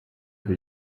will